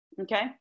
okay